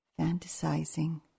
fantasizing